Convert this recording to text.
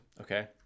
Okay